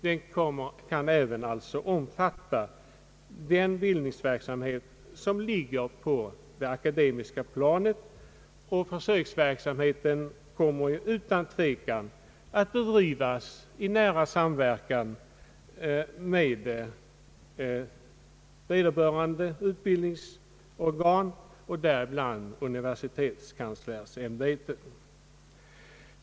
Den kan alltså även omfatta den bildningsverksamhet som ligger på det akademiska planet, och försöksverksamheten kommer utan tvekan att bedrivas i nära samverkan med vederbörande utbildningsorgan, däribland universitetskanslersämbetet.